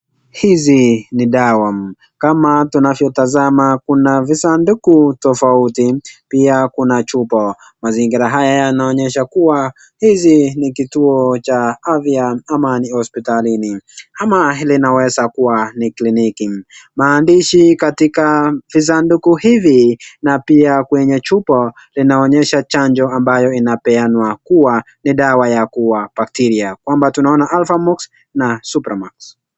Hizi ni dawa. Kama tunavyotazama kuna visanduku tofauti. Pia kuna chupA. Mazingira haya yanaonyesha kuwa hizi ni kituo cha afya ama ni hospitalini ama hili linaweza kuwa ni kliniki. Maandishi katika visanduku hivi na pia kwenye chupo linaonyesha chanjo ambayo inapeanwa kuwa ni dawa ya kuua bakteria. Kwamba tunaona Alpha Mox na Supra Max.